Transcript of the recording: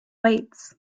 weights